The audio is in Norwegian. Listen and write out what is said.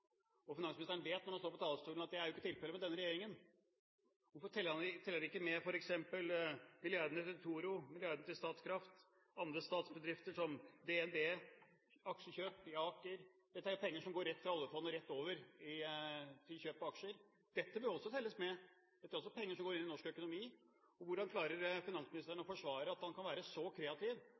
med. Finansministeren vet, når han står på talerstolen, at det ikke er tilfellet med denne regjeringen. Hvorfor teller man f.eks. ikke med milliardene til Petoro, milliardene til Statkraft og andre statsbedrifter som DNB og aksjekjøp i Aker? Dette er penger som går rett fra oljefondet over til kjøp av aksjer. Dette bør også telles med. Dette er også penger som går inn i norsk økonomi. Hvordan klarer finansministeren å forsvare at han kan være så kreativ